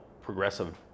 progressive